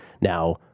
Now